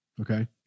Okay